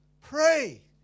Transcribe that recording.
Pray